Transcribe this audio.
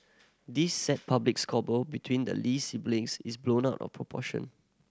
this sad public squabble between the Lee siblings is blown out of proportion